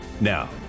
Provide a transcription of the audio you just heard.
Now